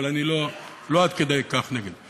אבל אני לא עד כדי כך נגד.